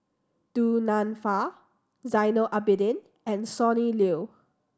Du Nanfa Zainal Abidin and Sonny Liew